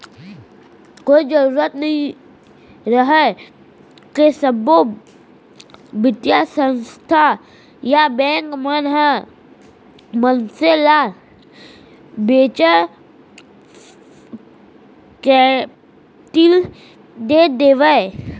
कोई जरुरी नइ रहय के सब्बो बित्तीय संस्था या बेंक मन ह मनसे ल वेंचर कैपिलट दे देवय